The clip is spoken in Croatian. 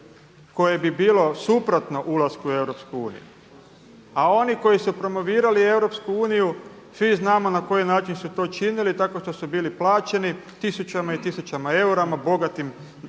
koje bi bilo suprotno ulasku u EU. A oni koji su promovirali EU svi znamo na koji način su to činili tako što su bili plaćeni tisućama i tisućama eura, bogatim briselskim